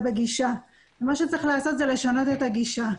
בגישה ומה שצריך לעשות זה לשנות את הגישה.